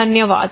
धन्यवाद